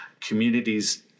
communities